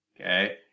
Okay